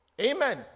Amen